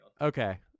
Okay